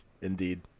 indeed